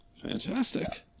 Fantastic